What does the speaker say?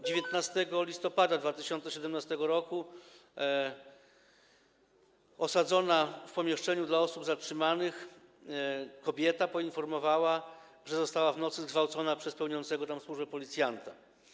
19 listopada 2017 r. osadzona w pomieszczeniu dla osób zatrzymanych kobieta poinformowała, że została w nocy zgwałcona przez pełniącego tam służbę policjanta.